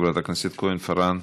חברת הכנסת כהן-פארן.